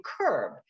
curb